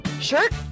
Shirt